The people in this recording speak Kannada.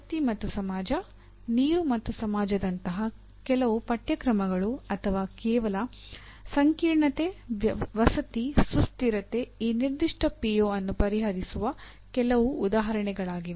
ಶಕ್ತಿ ಮತ್ತು ಸಮಾಜ ನೀರು ಮತ್ತು ಸಮಾಜದಂತಹ ಕೆಲವು ಪಠ್ಯಕ್ರಮಗಳು ಅಥವಾ ಕೇವಲ ಸಂಕೀರ್ಣತೆ ವಸತಿ ಸುಸ್ಥಿರತೆ ಈ ನಿರ್ದಿಷ್ಟ ಪಿಒ ಅನ್ನು ಪರಿಹರಿಸುವ ಕೆಲವು ಉದಾಹರಣೆಗಳಾಗಿವೆ